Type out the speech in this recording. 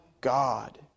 God